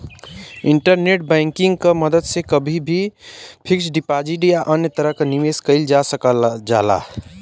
internet banking क मदद से कभी भी फिक्स्ड डिपाजिट या अन्य तरह क निवेश कइल जा सकल जाला